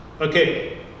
Okay